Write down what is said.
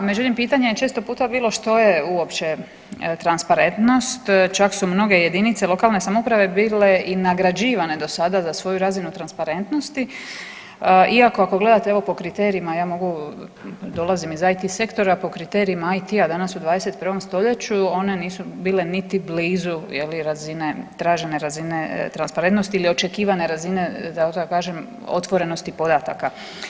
Međutim pitanje je često puta bilo što je uopće transparentnost čak su mnoge jedinice lokalne samouprave bile i nagrađivane do sada za svoju razinu transparentnosti iako ako gledate evo po kriterijima ja mogu dolazim iz IT sektora, po kriterijima IT-a danas u 21. stoljeću one nisu bile niti blizu razine, tražene razine transparentnosti ili očekivane razine da tako kažem otvorenosti podataka.